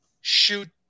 Shoot